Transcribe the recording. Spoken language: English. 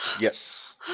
Yes